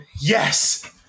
Yes